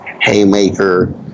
Haymaker